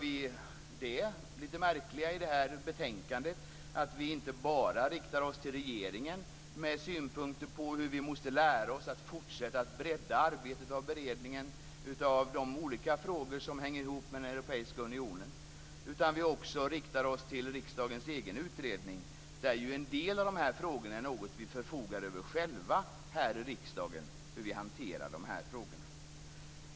I det här betänkande riktar vi oss inte bara till regeringen med synpunkter på hur vi måste lära oss att fortsätta att bredda arbetet med beredningen av de olika frågor som hänger ihop med Europeiska unionen, utan vi gör också det lite märkliga att vi riktar oss till riksdagens egen utredning. En del av de här frågorna förfogar vi ju över själva här i riksdagen.